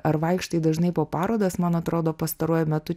ar vaikštai dažnai po parodas man atrodo pastaruoju metu